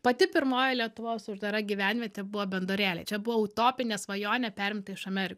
pati pirmoji lietuvos uždara gyvenvietė buvo bendorėliai čia buvo utopinė svajonė perimta iš ameri